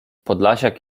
podlasiak